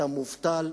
אתה מובטל,